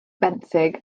benthyg